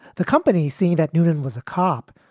the company see that newton was a cop,